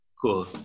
cool